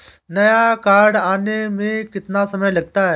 नया कार्ड आने में कितना समय लगता है?